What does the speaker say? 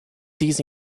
these